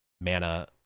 mana